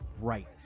right